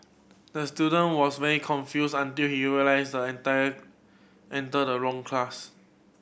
the student was very confused until he realised entire entered the wrong class